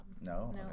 No